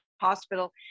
hospital